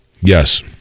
Yes